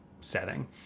setting